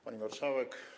Pani Marszałek!